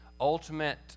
ultimate